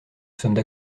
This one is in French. sommes